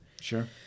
Sure